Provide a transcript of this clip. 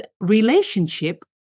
relationship